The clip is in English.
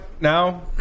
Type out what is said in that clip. now